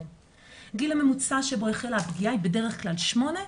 גיל הממוצע שבו החלה הפגיעה הוא בדרך כלל שמונה,